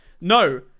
No